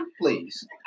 Please